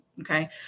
okay